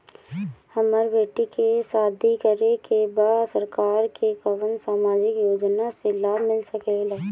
हमर बेटी के शादी करे के बा सरकार के कवन सामाजिक योजना से लाभ मिल सके ला?